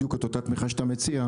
בדיוק את אותה התמיכה שאתה מציע,